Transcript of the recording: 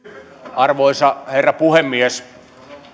arvoisa herra puhemies